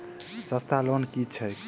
सस्ता लोन केँ छैक